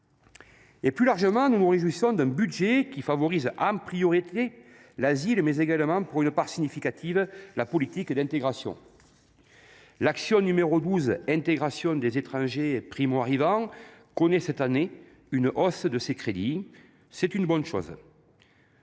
Plus largement, nous nous réjouissons que ce budget, s’il favorise en priorité l’asile, promeuve pour une part significative la politique d’intégration. L’action n° 12 « Intégration des étrangers primo arrivants » connaît cette année une hausse de ses crédits ; c’est une bonne chose.